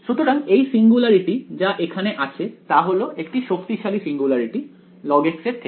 সুতরাং এই সিঙ্গুলারিটি যা এখানে আছে তা হল একটি শক্তিশালী সিঙ্গুলারিটি log এর থেকে